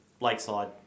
Lakeside